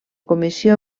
comissió